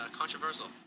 controversial